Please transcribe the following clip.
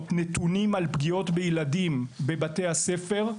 נתונים על פגיעות בילדים בבתי הספר,